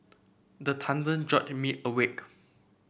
the thunder jolt me awake